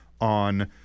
on